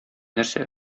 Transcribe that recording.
нәрсә